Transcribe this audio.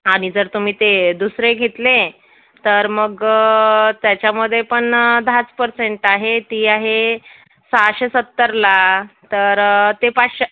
आणि जर तुम्ही ते दुसरे घेतले तर मग त्याच्यामध्ये पण दहाच पर्सेंट आहे ती आहे सहाशे सत्तरला तर ते पाचशे